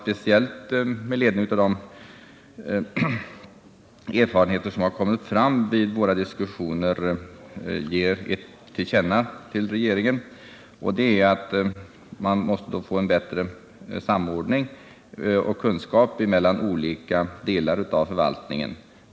Mot bakgrund av de erfarenheter som vi gjort i samband med våra diskussioner har utskottet föreslagit att riksdagen skall ge regeringen till känna att man måste sträva efter att åstadkomma en bättre samordning mellan olika delar av förvaltningen.